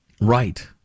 Right